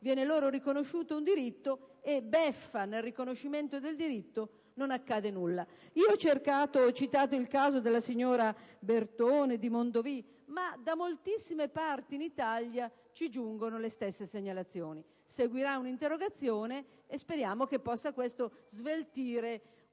viene loro riconosciuto un diritto e, beffa nel riconoscimento del diritto, non accade nulla. Ho citato il caso della signora Bertone di Mondovì, ma da moltissime parti in Italia ci giungono le stesse segnalazioni. Seguirà un'interrogazione, e speriamo che questo possa sveltire la grigia